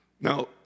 Now